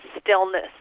stillness